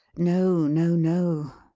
no, no, no.